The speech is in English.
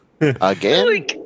Again